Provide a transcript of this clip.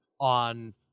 on